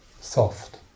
soft